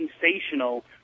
sensational